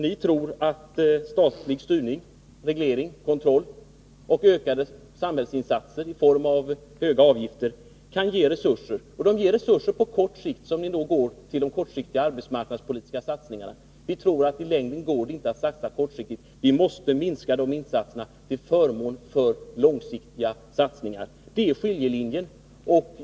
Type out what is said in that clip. Ni tror att statlig styrning, reglering och kontroll och ökade samhällsinsatser i form av höga avgifter kan ge resurser. De ger i och för sig resurser, som går till de kortsiktiga arbetsmarknadspolitiska satsningarna. Men vi tror att i längden går det inte att satsa kortsiktigt — vi måste minska de insatserna till förmån för 69 långsiktiga satsningar. Det är skiljelinjen.